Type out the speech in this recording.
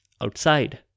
outside